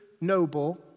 noble